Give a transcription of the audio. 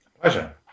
Pleasure